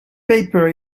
paper